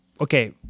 Okay